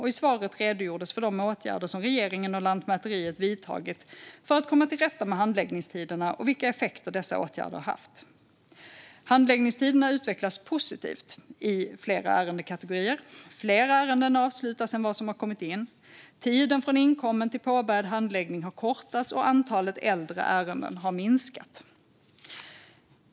I svaret redogjordes för de åtgärder som regeringen och Lantmäteriet vidtagit för att komma till rätta med handläggningstiderna och vilka effekter dessa åtgärder haft. Handläggningstiderna utvecklas positivt i flera ärendekategorier, fler ärenden avslutas än vad som kommer in, tiden från inkommen till påbörjad handläggning har kortats och antalet äldre ärenden har minskat.